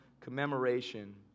commemoration